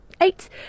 eight